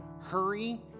Hurry